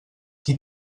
qui